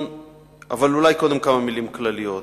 אבל אולי קודם כמה מלים כלליות: